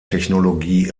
technologie